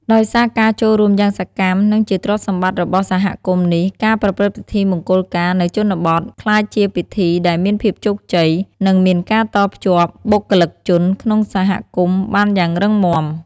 ដោយសារការចូលរួមយ៉ាងសកម្ម និងជាទ្រព្យសម្បត្តិរបស់សហគមន៍នេះ ការប្រព្រឹត្តិពិធីមង្គលការនៅជនបទក្លាយជាពិធីដែលមានភាពជោគជ័យ និងមានការតភ្ជាប់បុគ្គលិកជនក្នុងសហគមន៍បានយ៉ាងរឹងមាំ។